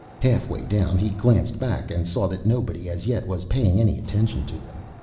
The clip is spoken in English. halfway down he glanced back and saw that nobody as yet was paying any attention to them.